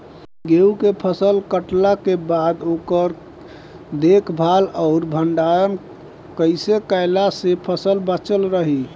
गेंहू के फसल कटला के बाद ओकर देखभाल आउर भंडारण कइसे कैला से फसल बाचल रही?